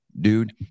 Dude